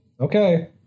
okay